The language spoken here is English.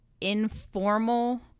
informal